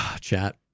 Chat